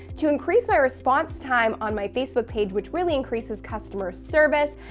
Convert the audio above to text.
to increase my response time on my facebook page which really increases customer service,